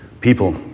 people